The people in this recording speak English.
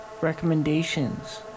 recommendations